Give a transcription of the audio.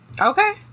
okay